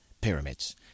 pyramids